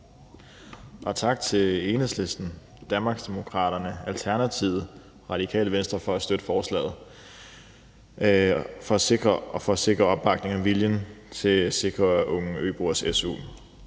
Og tak til Enhedslisten, Danmarksdemokraterne, Alternativet og Radikale Venstre for at støtte forslaget og for at sikre opbakningen og viljen til at sikre unge øboeres su.